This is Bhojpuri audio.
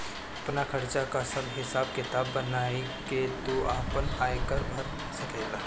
आपनी खर्चा कअ सब हिसाब किताब बनाई के तू आपन आयकर भर सकेला